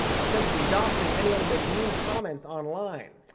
ostensibly doxing anyone who makes mean comments online.